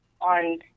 on